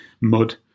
mud